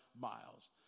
miles